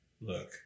Look